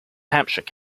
hampshire